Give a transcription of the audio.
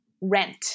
Rent